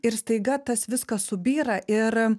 ir staiga tas viskas subyra ir